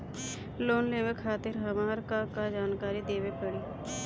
Loan लेवे खातिर हमार का का जानकारी देवे के पड़ी?